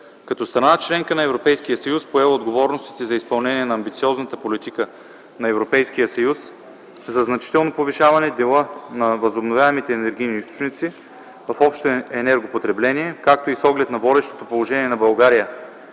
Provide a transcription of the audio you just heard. Като страна – членка на Европейския съюз, поела отговорностите за изпълнение на амбициозната политика на Европейския съюз за значително повишаване дела на възобновяемите енергийни източници в общото енергопотребление, както и с оглед на водещото положение на България